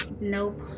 Nope